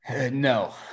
No